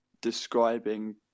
describing